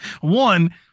One